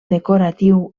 decoratiu